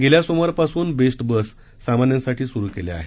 गेल्या सोमवारपासून बेस्ट बस सामान्यांसाठी सुरू केल्या आहेत